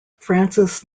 francis